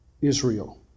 Israel